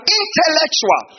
intellectual